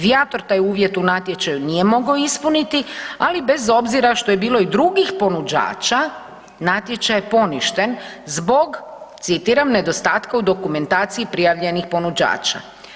Viator“ taj uvjet u natječaju nije mogao ispuniti, ali bez obzira što je bilo i drugih ponuđača natječaj je poništen zbog citiram „nedostatka u dokumentaciji prijavljenih ponuđača“